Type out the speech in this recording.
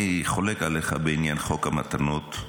אני חולק עליך בעניין חוק המתנות.